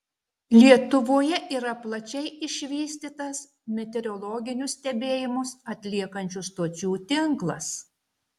lietuvoje yra plačiai išvystytas meteorologinius stebėjimus atliekančių stočių tinklas